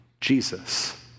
Jesus